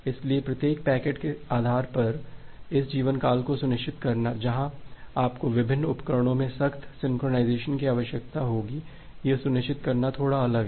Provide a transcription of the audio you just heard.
इसलिए प्रत्येक पैकेट के समय के आधार पर इस जीवनकाल को सुनिश्चित करना जहां आपको विभिन्न उपकरणों में सख्त सिंक्रनाइज़ेशन की आवश्यकता होगी यह सुनिश्चित करना थोड़ा अलग है